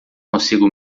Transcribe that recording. consigo